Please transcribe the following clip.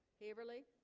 haverly